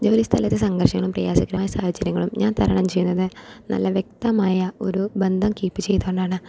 ജോലി സ്ഥലത്തെ സംഘർഷങ്ങളും പ്രയാസകരമായ സാഹചര്യങ്ങളും ഞാൻ തരണം ചെയ്യുന്നത് നല്ല വ്യക്തമായ ഒരു ബന്ധം കീപ്പ് ചെയ്തുകൊണ്ടാണ്